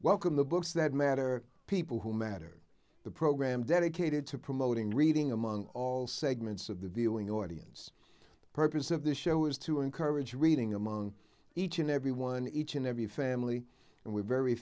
welcome the books that matter people who matter the program dedicated to promoting reading among all segments of the viewing audience the purpose of the show is to encourage reading among each and everyone each and every family and we're very